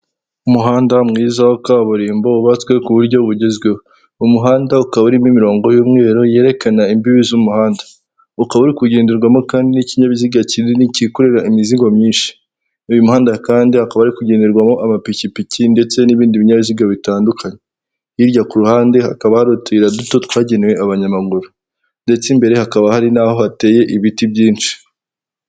Umuhanda mwiza wa kaburimbo wubatswe ku buryo bugezweho, uwo muhanda ukaba urimo imirongo y'umweru yerekana imbibi z'umuhanda, ukaba uri kugenderwamo kandi n'ikinyabiziga kinini kikorera imizigo myinshi, uyu muhanda kandi hakaba hari kugenderwamo amapikipiki ndetse n'ibindi binyabiziga bitandukanye, hirya ku ruhande hakaba hari utuyira duto twagenewe abanyamaguru, ndetse imbere hakaba hari n'aho hateye ibiti byinshi.